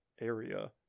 area